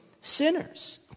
sinners